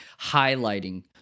highlighting